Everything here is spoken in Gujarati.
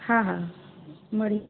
હા હા મળી